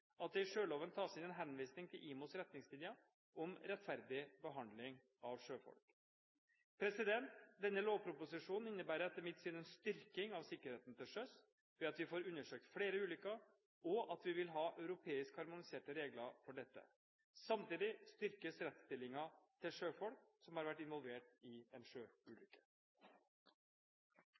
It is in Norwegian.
at det i sjøloven tas inn en henvisning til IMOs retningslinjer om rettferdig behandling av sjøfolk. Denne lovproposisjonen innebærer etter mitt syn en styrking av sikkerheten til sjøs ved at vi får undersøkt flere ulykker, og at vi vil ha europeisk harmoniserte regler for dette. Samtidig styrkes rettsstillingen til sjøfolk som har vært involvert i en sjøulykke.